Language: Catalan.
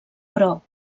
però